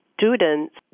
students